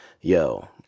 Yo